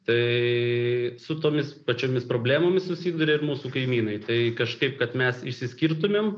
tai su tomis pačiomis problemomis susiduria ir mūsų kaimynai tai kažkaip kad mes išsiskirtumėm